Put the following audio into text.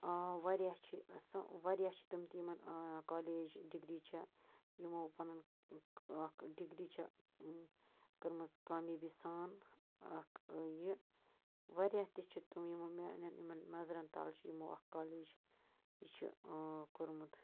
آ وارِیاہ چھِ آسان وارِیاہ چھِ تِم تہِ یِمن آ کالیج ڈگری چھِ یِمو پںُن اکھ ڈِگری چھِ کٔرمٕژ کامیٲبی سان اَکھ یہِ وارِیاہ تہِ چھِ تم یِمو میانیٚن یِمن نظرن تَل چھِ یِمو اَکھ کالیج یہِ چھُ کوٚومُت